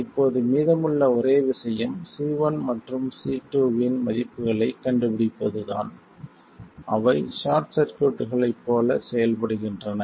இப்போது மீதமுள்ள ஒரே விஷயம் C1 மற்றும் C2 இன் மதிப்புகளைக் கண்டுபிடிப்பதுதான் அவை ஷார்ட் சர்க்யூட்களைப் போல செயல்படுகின்றன